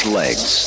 legs